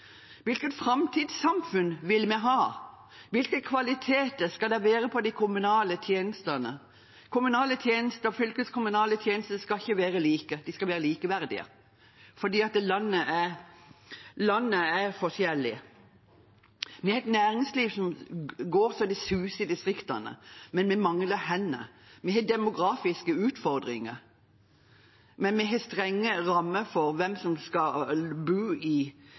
Hvilket framtidssamfunn vil vi ha? Hvilke kvaliteter skal det være på de kommunale tjenestene? Kommunale og fylkeskommunale tjenester skal ikke være like, de skal være likeverdige fordi landet er forskjellig. Vi har et næringsliv som går så det suser i distriktene, men vi mangler hender. Vi har demografiske utfordringer, men vi har strenge rammer for hvem som skal bo i